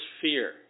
fear